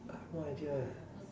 I've no idea eh